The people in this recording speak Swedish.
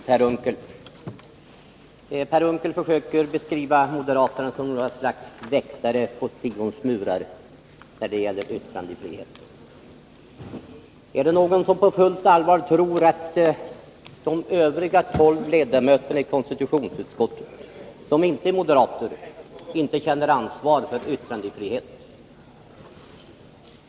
Herr talman! Några ord till Per Unckel. Per Unckel försöker beskriva moderaterna som något slags väktare på Sions murar när det gäller yttrandefriheten. Är det någon som på fullt allvar tror att de övriga tolv ledamöterna i konstitutionsutskottet, som ej är moderater, inte känner ansvar för yttrandefriheten?